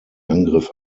angriff